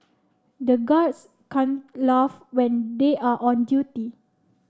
the guards can't laugh when they are on duty